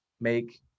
make